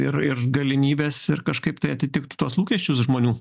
ir ir galimybes ir kažkaip tai atitiktų tuos lūkesčius žmonių